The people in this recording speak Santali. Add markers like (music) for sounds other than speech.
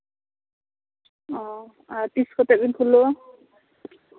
ᱚ (unintelligible) ᱟᱨ ᱛᱤᱥ ᱠᱚᱛᱮ ᱵᱮᱱ ᱠᱷᱩᱞᱟᱹᱣᱟ